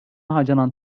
harcanan